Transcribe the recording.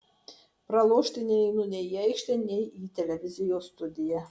pralošti neinu nei į aikštę nei į televizijos studiją